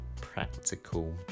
practical